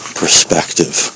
perspective